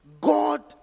God